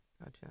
Gotcha